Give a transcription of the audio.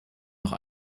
noch